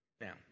Now